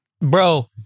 bro